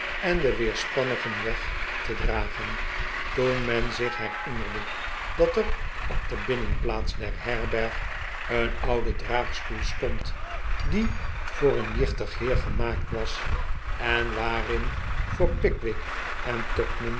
en de weerspannigen weg te dragen toen men zich herinnerde dat er op de binnenplaats der herberg een oude draagstoel stond die voor een jichtig heer gemaakt was en waarin voor pickwick en